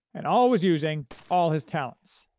and always using all his talents.